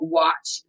watch